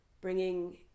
bringing